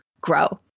grow